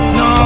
no